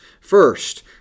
first